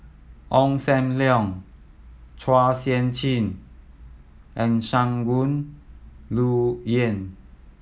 Ong Sam Leong Chua Sian Chin and Shangguan Liuyun